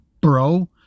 bro